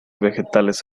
vegetales